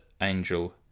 angel